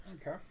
Okay